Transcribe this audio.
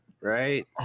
Right